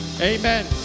amen